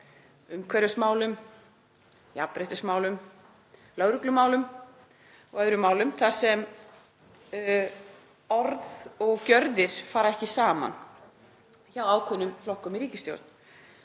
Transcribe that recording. umhverfismálum, jafnréttismálum, lögreglumálum og öðrum málum þar sem orð og gjörðir fara ekki saman hjá ákveðnum flokkum í ríkisstjórn.